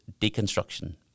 deconstruction